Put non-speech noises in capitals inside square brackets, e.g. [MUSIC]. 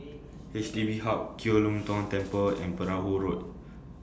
H D B Hub Kiew Lee Tong [NOISE] Temple and Perahu Road